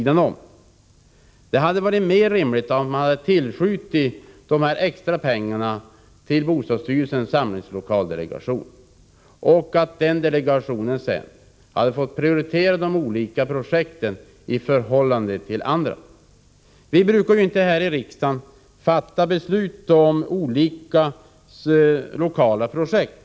Det hade varit mer rimligt om man hade tillskjutit de extra pengarna till bostadsstyrelsens samlingslokalsdelegation och att delegationen sedan hade fått prioritera de olika projekten i förhållande till andra. Här i riksdagen brukar vi ju inte fatta beslut om lokala projekt.